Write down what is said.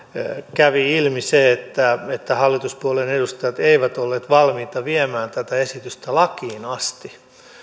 kävi ilmi se että että hallituspuolueiden edustajat eivät olleet valmiita viemään tätä esitystä lakiin asti